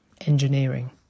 Engineering